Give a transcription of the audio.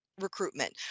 recruitment